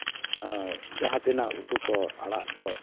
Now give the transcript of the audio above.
ᱡᱟᱦᱟᱸ ᱛᱤᱱᱟᱹᱜ ᱩᱛᱩ ᱠᱚ ᱟᱲᱟᱜ ᱠᱚ